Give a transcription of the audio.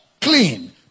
clean